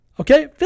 Okay